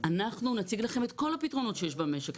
'אנחנו נציג לכם את כל הפתרונות שיש במשק,